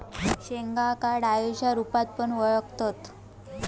शेंगांका डाळींच्या रूपात पण वळाखतत